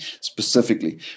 specifically